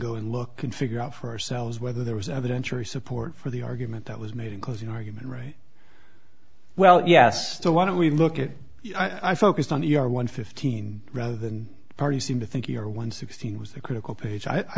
go and look can figure out for ourselves whether there was evidence or support for the argument that was made in closing argument right well yes so why don't we look at i focused on the r one fifteen rather than party seem to think either one sixteen was a critical page i